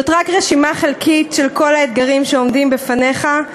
זאת רק רשימה חלקית של כל האתגרים שעומדים בפניך,